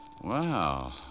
Wow